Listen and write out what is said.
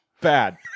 bad